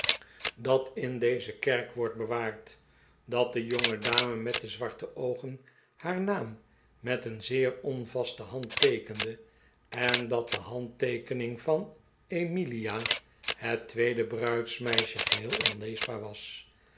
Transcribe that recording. dat in deze kerk wordt bewaard dat de jonge dame met de zwarte oogen haar naam met een zeer onvaste hand teekende en dat de handteekening van emilia het tweede bruidsmeisje geheel onleesbaar was